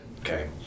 Okay